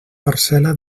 parcel·la